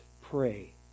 pray